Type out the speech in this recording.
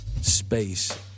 space